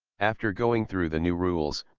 after going through the new rules,